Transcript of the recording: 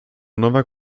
nowak